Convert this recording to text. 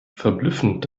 verblüffend